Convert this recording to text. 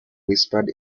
whispered